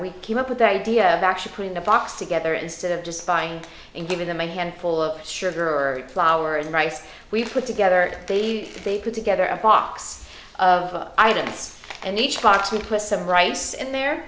we came up with the idea of actually putting the box together instead of just buying and giving them a handful of sugar or flour and rice we put together they could together a box of items and each box we put some rice in there